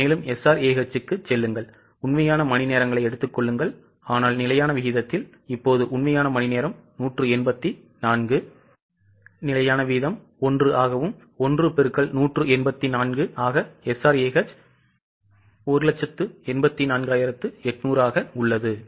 இப்போது SRAH க்குச் செல்லுங்கள் உண்மையான மணிநேரங்களை எடுத்துக் கொள்ளுங்கள் ஆனால் நிலையான விகிதத்தில் இப்போது உண்மையான மணிநேரம் 184 நிலையான வீதம் 1 ஆகவும் 1 பெருக்கல் 184 ஆக SRAH 184800 ஆக உள்ளது